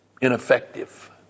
ineffective